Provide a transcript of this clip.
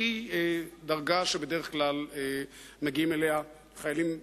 שהיא דרגה שבדרך כלל מגיעים אליה חיילים